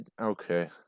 Okay